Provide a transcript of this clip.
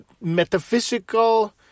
metaphysical